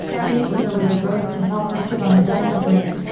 came to her with a rose to help her put on the diamond ring,